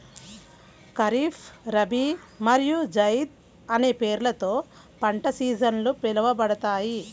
ఖరీఫ్, రబీ మరియు జైద్ అనే పేర్లతో పంట సీజన్లు పిలవబడతాయి